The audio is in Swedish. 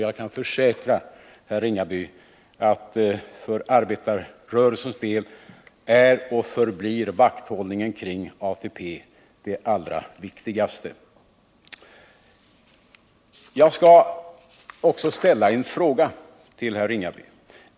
Jag kan försäkra herr Ringaby att vakthållningen kring ATP är och förblir en av de allra viktigaste uppgifterna för arbetarrörelsen. Jag skall också ställa några frågor till herr Ringaby.